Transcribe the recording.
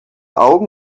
augen